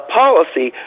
policy